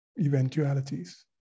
eventualities